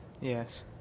Yes